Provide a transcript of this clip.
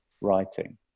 writing